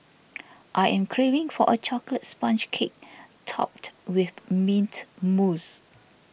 I am craving for a Chocolate Sponge Cake Topped with Mint Mousse